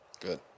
Good